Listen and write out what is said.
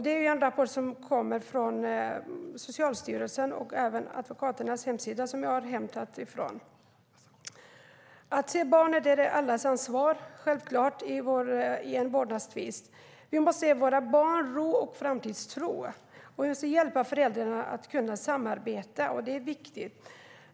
Det är en rapport från Socialstyrelsen och även Advokaternas hemsida som jag har hämtat detta från. Att se barnet är självklart allas ansvar i en vårdnadstvist. Vi måste ge våra barn ro och framtidstro, och det är viktigt att hjälpa föräldrarna att samarbeta.